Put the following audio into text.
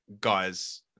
guys